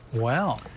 well,